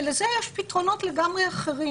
ולזה יש פתרונות לגמרי אחרים,